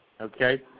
okay